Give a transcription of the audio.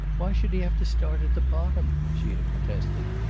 why should he have to start at the bottom? she had protested.